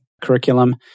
curriculum